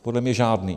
Podle mě žádný.